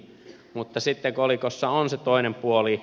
mutta sitten kolikossa on se toinen puoli